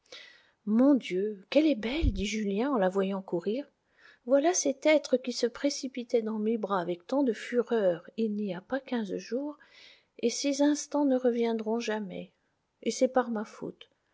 mon dieu qu'elle est belle dit julien en la voyant courir voilà cet être qui se précipitait dans mes bras avec tant de fureur il n'y a pas quinze jours et ces instants ne reviendront jamais et c'est par ma faute